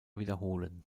wiederholen